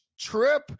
trip